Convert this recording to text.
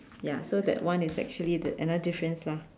ya so that one is actually is another difference lah